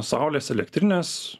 saulės elektrinės